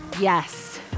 Yes